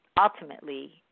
ultimately